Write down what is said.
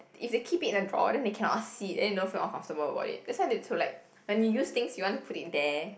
if they keep it in a drawer then they cannot see it then they feel uncomfortable about it that's why they need to like when you use things you want to put it there